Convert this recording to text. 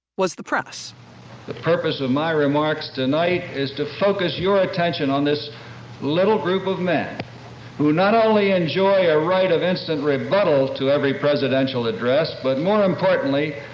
was the press the purpose of my remarks tonight is to focus your attention on this little group of men who not only enjoy a right of instant rebuttal to every presidential address, but, more importantly,